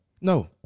No